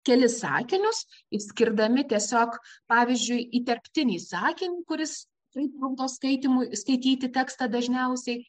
kelis sakinius išskirdami tiesiog pavyzdžiui įterptinį sakinį kuris taip trukdo skaitymui skaityti tekstą dažniausiai